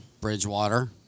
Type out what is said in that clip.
Bridgewater